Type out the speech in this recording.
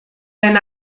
lehen